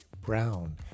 Brown